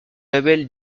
label